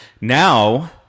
now